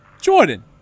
Jordan